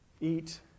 eat